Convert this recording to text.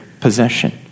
possession